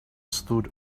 stood